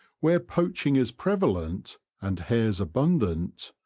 where poaching is prevalent and hares abundant,